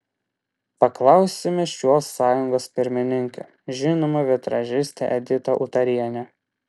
paklausėme šios sąjungos pirmininkę žinomą vitražistę editą utarienę